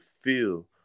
feel